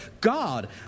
God